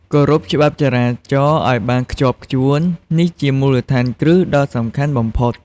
គោរពច្បាប់ចរាចរណ៍ឱ្យបានខ្ជាប់ខ្ជួន នេះជាមូលដ្ឋានគ្រឹះដ៏សំខាន់បំផុត។